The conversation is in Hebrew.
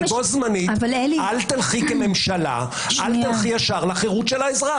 זמנית אל תלכי כממשלה לחירות של האזרח.